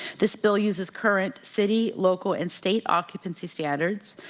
this bill uses current city local and state occupancy standards.